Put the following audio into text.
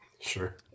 sure